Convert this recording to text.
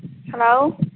hello